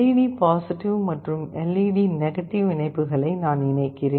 LED மற்றும் LED இணைப்புகளை நான் இணைக்கிறேன்